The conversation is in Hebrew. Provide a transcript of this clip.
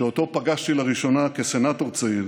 שאותו פגשתי לראשונה כסנטור צעיר